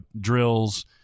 drills